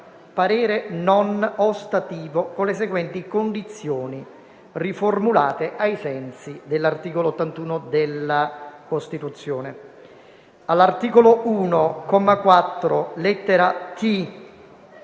parere non ostativo con le seguenti condizioni, formulate ai sensi dell'articolo 81 della Costituzione: all'articolo 1, comma 4,